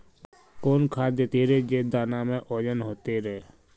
कौन खाद देथियेरे जे दाना में ओजन होते रेह?